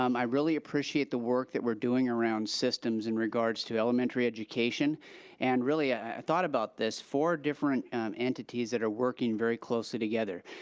um i really appreciate the work that we're doing around systems in regards to elementary education and really i thought about this, four different entities that are working very closely together,